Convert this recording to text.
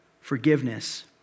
forgiveness